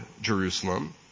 Jerusalem